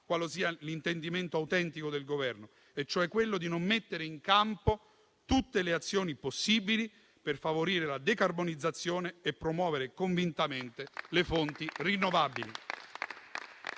quale sia l'intendimento autentico del Governo: quello di non mettere in campo tutte le azioni possibili per favorire la decarbonizzazione e promuovere convintamente le fonti rinnovabili.